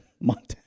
Montana